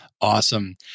Awesome